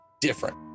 different